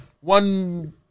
One